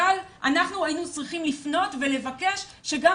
אבל אנחנו היינו צריכים לפנות ולבקש שגם